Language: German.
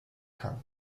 kann